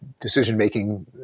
decision-making